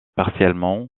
partiellement